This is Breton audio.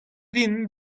vihan